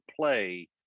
play